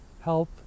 help